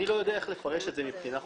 אני לא יודע איך לפרש את זה מבחינה חוקית,